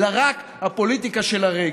אלא רק הפוליטיקה של הרגע.